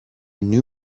new